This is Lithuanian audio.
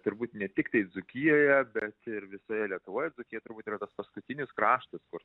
turbūt ne tiktai dzūkijoje bet ir visoje lietuvoj dzūkija turbūt yra tas paskutinis kraštas kur